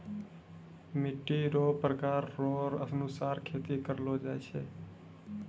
मिट्टी रो प्रकार रो अनुसार खेती करलो जाय छै